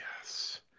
Yes